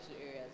areas